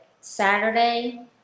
Saturday